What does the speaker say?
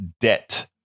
debt